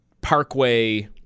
parkway